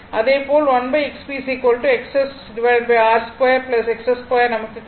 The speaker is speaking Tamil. அதே போல் 1XPXSRs 2 XS 2 நமக்கு கிடைக்கும்